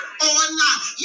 Online